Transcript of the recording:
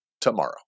tomorrow